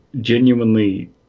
genuinely